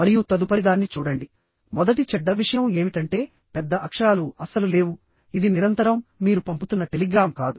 మరియు తదుపరిదాన్ని చూడండి మొదటి చెడ్డ విషయం ఏమిటంటే పెద్ద అక్షరాలు అస్సలు లేవు ఇది నిరంతరం మీరు పంపుతున్న టెలిగ్రామ్ కాదు